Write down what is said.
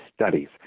Studies